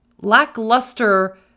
lackluster